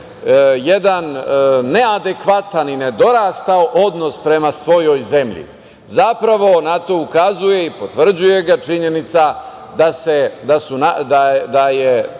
jedan neadekvatan i nedorastao odnos prema svojoj zemlji. Na to ukazuje i potvrđuje ga činjenica da su